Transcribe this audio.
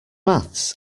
maths